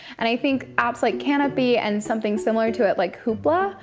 and i think apps like kanopy and something similar to it, like hoopla,